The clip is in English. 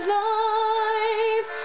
life